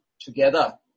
together